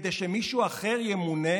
כדי שמישהו אחר ימונה,